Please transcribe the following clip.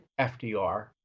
FDR